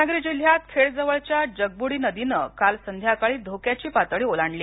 रत्नागिरी जिल्ह्यात खेडजवळच्या जगबुडी नदीनं काल संध्याकाळी धोक्याची पातळी ओलांडली